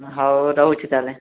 ହଉ ରହୁଛି ତା'ହେଲେ